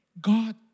God